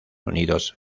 unidos